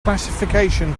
classification